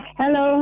hello